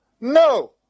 No